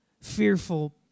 fearful